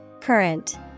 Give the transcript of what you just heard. Current